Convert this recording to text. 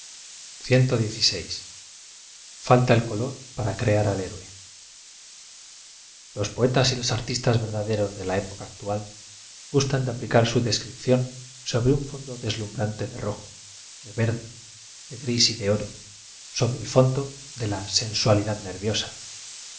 el color p a ra crear al héroe los poetas y los artistas verdaderos de la época ac tual gustan de aplicar su descripción sobre un fondo deslumbrante de rojo de verde de gris y de oro so bre el fondo de la sensualidad nerviosa